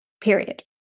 period